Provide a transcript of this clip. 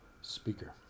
speaker